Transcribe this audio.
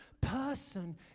person